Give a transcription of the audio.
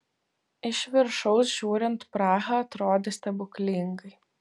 iš viršaus žiūrint praha atrodė stebuklingai